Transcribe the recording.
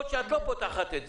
או שאת לא פותחת את זה.